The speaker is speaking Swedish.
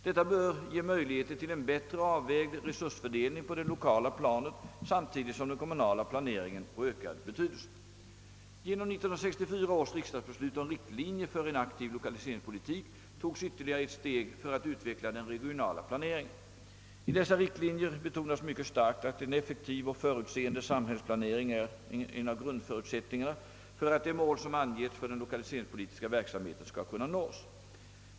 Detta bör ge möjligheter till en bättre avvägd resursfördelning på det lokala planet samtidigt som den kommunala planeringen får ökad betydelse. Genom 1964 års riksdagsbeslut om riktlinjer för en aktiv lokaliseringspolitik togs ytterligare ett steg för att utveckla den regionala planeringen. I dessa riktlinjer betonas mycket starkt, att en effektiv och förutseende samhällsplanering är en av grundförutsättningarna för att det mål som angetts för den lokaliseringspolitiska verksamheten skall kunna nås.